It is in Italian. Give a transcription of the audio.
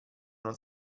non